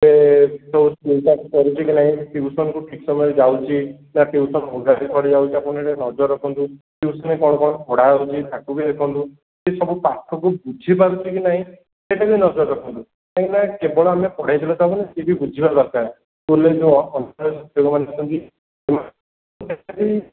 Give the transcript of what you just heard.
ସେ ଯେଉଁ ସ୍କୁଲ ପାଠ କରୁଛି କି ନାହିଁ ଟ୍ୟୁସନ୍ ଠିକ୍ ସମୟରେ ଯାଉଛି ନା ଟ୍ୟୁସନ୍ ଅଲଗା ଆଡ଼େ କୁଆଡ଼େ ଯାଉଛି ଆପଣ ହେଲେ ନଜର ରଖନ୍ତୁ ଟ୍ୟୁସନ୍ ରେ କଣ କଣ ପଢ଼ା ହେଉଛି ତାକୁ ବି ଦେଖନ୍ତୁ ସେ ସବୁ ପାଠକୁ ବୁଝି ପାରୁଛି କି ନାହିଁ ସେଇଟା ବି ନଜର ରଖନ୍ତୁ କାହିଁକି ନା କେବଳ ଆମେ ପଢ଼େଇ ଦେଲେ ତ ହେବନି ସେ ବି ବୁଝିବା ଦରକାର ସ୍କୁଲରେ ବି ଯେଉଁ ଅଲଗା ମାଷ୍ଟର ମାନେ ଅଛନ୍ତି ସେଇଟା ବି